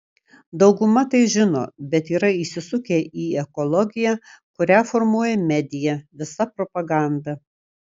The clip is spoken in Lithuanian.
dauguma tai žino bet yra įsisukę į ekologiją kurią formuoja medija visa propaganda